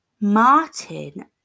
Martin